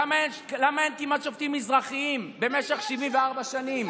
למה אין כמעט שופטים מזרחים במשך 74 שנים?